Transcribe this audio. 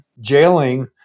jailing